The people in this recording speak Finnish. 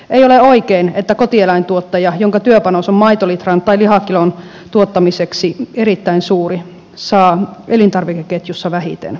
ei ole oikein että kotieläintuottaja jonka työpanos on maitolitran tai lihakilon tuottamisessa erittäin suuri saa elintarvikeketjussa vähiten